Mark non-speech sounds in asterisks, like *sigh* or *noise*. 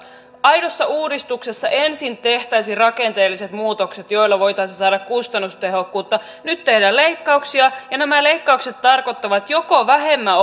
aidossa uudistuksessa ensin tehtäisiin rakenteelliset muutokset joilla voitaisiin saada kustannustehokkuutta nyt tehdään leikkauksia ja nämä leikkaukset tarkoittavat joko vähemmän *unintelligible*